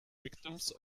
victims